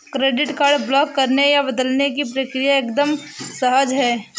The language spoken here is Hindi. क्रेडिट कार्ड ब्लॉक करने या बदलने की प्रक्रिया एकदम सहज है